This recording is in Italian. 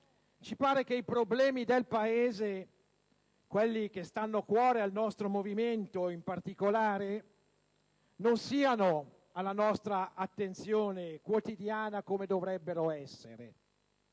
ci pare che i problemi del Paese, quelli che stanno a cuore al nostro movimento in particolare, non siano alla nostra attenzione quotidiana come dovrebbero essere.